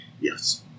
Yes